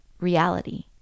reality